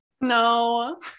No